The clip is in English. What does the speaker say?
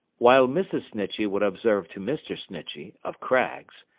while mrs. snitchey would observe to mr. snitchey, of craggs,